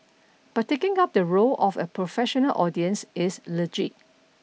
but taking up the role of a professional audience is legit